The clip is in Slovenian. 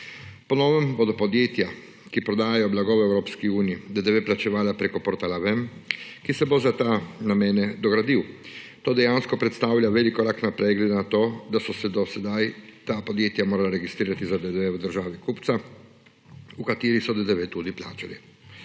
Po novem bodo podjetja, ki prodajajo blago v Evropski uniji, DDV plačevala preko portala Vem, ki se bo za ta namen dogradil. To dejansko predstavlja velik korak naprej glede na to, da so se do sedaj ta podjetja morala registrirati za DDV v državi kupca, v kateri so DDV tudi plačali.